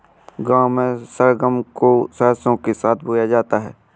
गांव में सरगम को सरसों के साथ बोया जाता है